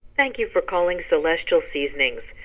thank you for calling celestial seasonings.